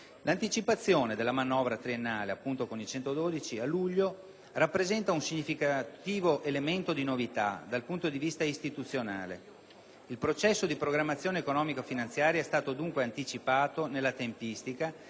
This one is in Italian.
L'anticipazione della manovra triennale a luglio rappresenta un significativo elemento di novità, dal punto di vista istituzionale. Il processo di programmazione economico-finanziaria è stato dunque anticipato nella tempistica